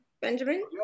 Benjamin